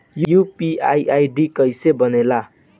UPI ID कैसे बनेला?